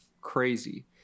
crazy